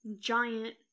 giant